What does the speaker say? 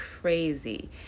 crazy